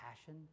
passion